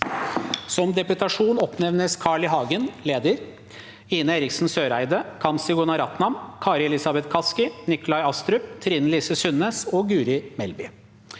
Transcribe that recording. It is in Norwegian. Som deputasjon oppnevnes Carl I. Hagen, leder, Ine Eriksen Søreide, Kamzy Gunaratnam, Kari Elisabeth Kaski, Nikolai Astrup, Trine Lise Sundnes og Guri Melby.